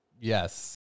Yes